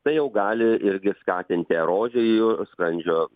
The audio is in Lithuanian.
tai jau gali irgi skatinti erozijų skrandžio